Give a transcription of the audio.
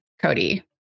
Cody